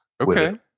Okay